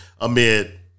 amid